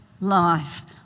life